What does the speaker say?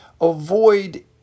avoid